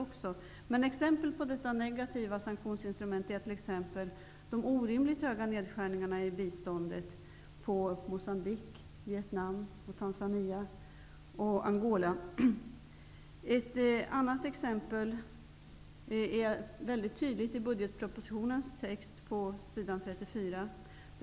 Men som exempel på negativa sanktionsinstrument kan nämnas de orimligt stora nedskärningarna i biståndet beträffande Ett annat exempel framgår mycket tydligt i budgetpropositionen på s. 34.